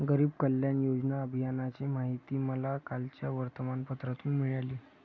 गरीब कल्याण योजना अभियानाची माहिती मला कालच्या वर्तमानपत्रातून मिळाली